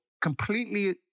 completely